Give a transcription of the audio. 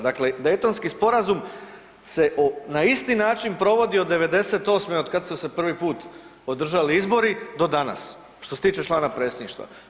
Dakle, Daytonski sporazum se na isti način provodi od '98. od kad su se prvi put održali izbori do danas što se tiče člana Predsjedništva.